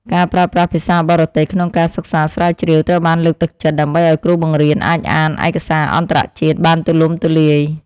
ការប្រើប្រាស់ភាសាបរទេសក្នុងការសិក្សាស្រាវជ្រាវត្រូវបានលើកទឹកចិត្តដើម្បីឱ្យគ្រូបង្រៀនអាចអានឯកសារអន្តរជាតិបានទូលំទូលាយ។